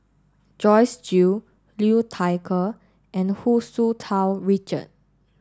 Joyce Jue Liu Thai Ker and Hu Tsu Tau Richard